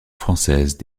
française